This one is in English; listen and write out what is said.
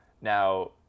Now